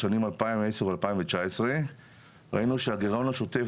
בשנים 2010-2019. ראינו שהגרעון השוטף